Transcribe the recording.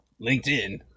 LinkedIn